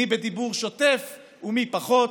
מי בדיבור שוטף ומי פחות,